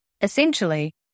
Essentially